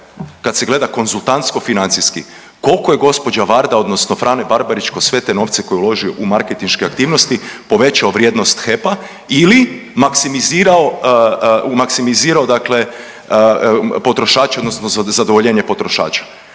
kad se gleda konzultantsko-financijski koliko je gospođa Varda, odnosno Frane Barbarić kroz sve te novce koje je uložio u marketinške aktivnosti povećao vrijednost HEP-a ili maksimizirao dakle potrošače, odnosno za zadovoljenje potrošača.